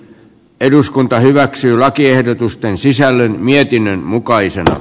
eduskunta hyväksyy lakiehdotusten sisällön mietinnön mukaisena